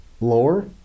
lower